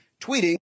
Tweeting